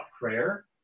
prayer